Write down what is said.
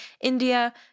India